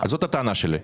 זאת הטענה שלי.